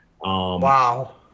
Wow